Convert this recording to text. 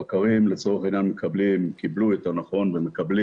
הבקרים לצורך העניין קיבלו ומקבלים